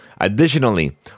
Additionally